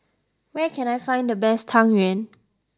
where can I find the best Tang Yuen